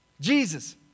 Jesus